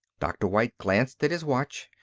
dr. white glanced at his watch.